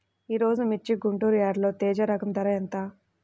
ఈరోజు మిర్చి గుంటూరు యార్డులో తేజ రకం ధర ఎంత?